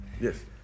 Yes